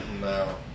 No